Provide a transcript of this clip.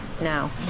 now